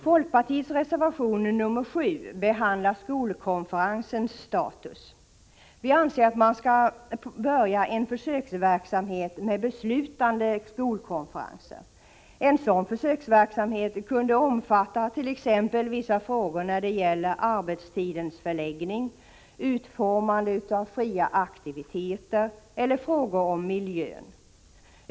Folkpartiets reservation nr 7 behandlar skolkonferensens status. Vi anser att man skall påbörja en försöksverksamhet med beslutande skolkonferenser. En sådan försöksverksamhet kunde omfatta t.ex. vissa frågor när det gäller arbetstidens förläggning, utformande av fria aktiviteter eller frågor om miljön.